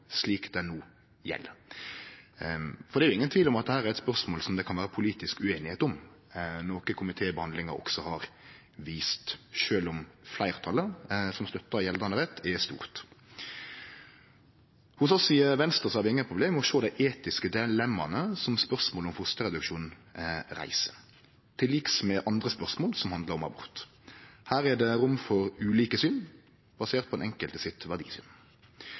slik ho no gjeld. Det er ingen tvil om at dette er eit spørsmål som det kan vere politisk usemje om, noko komitébehandlinga også har vist, sjølv om fleirtalet som støttar gjeldande rett, er stort. Vi i Venstre har ingen problem med å sjå dei etiske dilemmaa som spørsmålet om fosterreduksjon reiser, til liks med andre spørsmål som handlar om abort. Her er det rom for ulike syn, baserte på verdisynet til den enkelte.